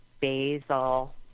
basil